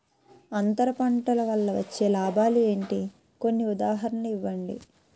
అంతర పంట వల్ల వచ్చే లాభాలు ఏంటి? కొన్ని ఉదాహరణలు ఇవ్వండి?